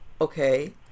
okay